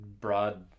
broad